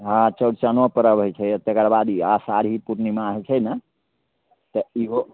हाँ चौरचनो परब होइ छै तकर बाद ई अखाढ़ी पूर्णिमा होइ छै ने तऽ इहो